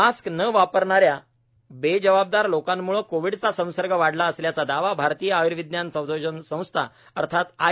mask न वापरणाऱ्या बेजबाबदार लोकांमूळे कोविडचा संसर्ग वाढला असल्याचा दावा भारतीय आय्र्विज्ञान संशोधन संस्था अर्थात आय